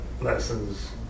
lessons